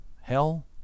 hell